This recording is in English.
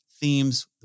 themes